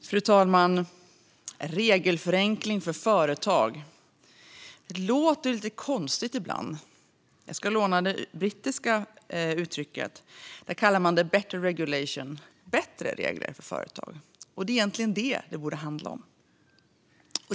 Fru talman! "Regelförenkling för företag" låter lite konstigt ibland. Jag ska låna det brittiska uttrycket. Där kallar man det "better regulation" - bättre regler för företag, och det är egentligen det som det borde handla om.